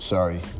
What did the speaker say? Sorry